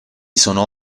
sono